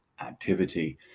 activity